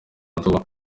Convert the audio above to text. nduba